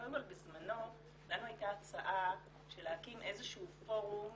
קודם כל בזמנו לנו הייתה הצעה של להקים איזשהו פורום